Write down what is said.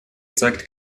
zeigt